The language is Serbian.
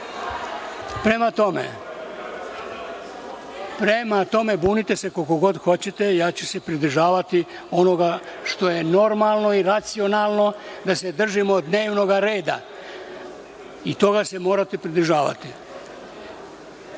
nešto. Prema tome, bunite se koliko god hoćete, ja ću se pridržavati onoga što je normalno i racionalno da se držimo dnevnog reda i toga se morate pridržavati. Samo